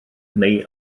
neu